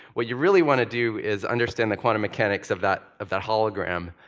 what you really want to do is understand the quantum mechanics of that of that hologram,